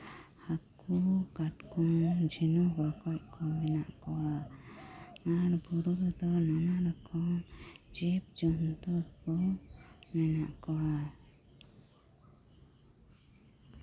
ᱦᱟᱹᱠᱩ ᱠᱟᱴᱠᱚᱢ ᱡᱷᱤᱱᱩᱠ ᱨᱚᱠᱚᱡ ᱠᱚ ᱢᱮᱱᱟᱜ ᱠᱚᱣᱟ ᱟᱨ ᱵᱩᱨᱩ ᱨᱮᱫᱚ ᱱᱟᱱᱟ ᱨᱚᱠᱚᱢ ᱡᱤᱵᱽ ᱡᱚᱱᱛᱩ ᱠᱚ ᱢᱮᱱᱟᱜ ᱠᱚᱣᱟ